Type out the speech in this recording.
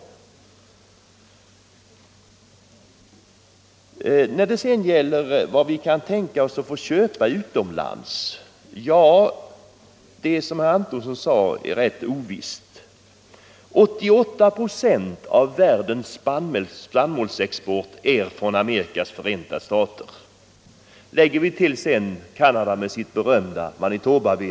Nr 142 När det sedan gäller frågan, hur mycket spannmål vi kan tänkas få Torsdagen den köpa utomlands, är det, som herr Antonsson sade, rätt ovisst. 88 procent 12 december 1974 av världens spannmålsexport kommer från Amerikas förenta stater. Till I detta kan läggas exporten från Canada av det berömda Manitobavetet.